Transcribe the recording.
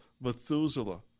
Methuselah